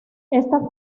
esta